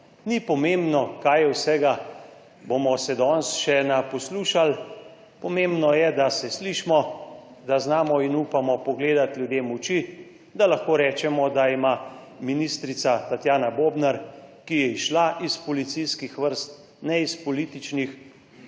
ni pomembno, kaj vse bomo se danes še naposlušali, pomembno je, da se slišimo, da znamo in upamo pogledati ljudem v oči, da lahko rečemo, da ima ministrica Tatjana Bobnar, ki je izšla iz policijskih vrst, ne iz političnih,